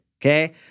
okay